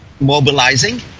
Mobilizing